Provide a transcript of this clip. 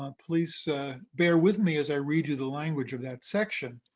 um please bear with me as i read you the language of that section.